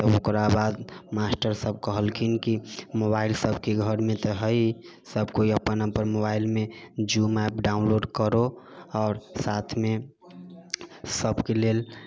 तऽ ओकरा बाद मास्टर सब कहलखिन की मोबाइल सबके घरमे तऽ हइ सब केओ अपन अपन मोबाइलमे जूम ऐप डाउनलोड करो आओर साथमे सबके लेल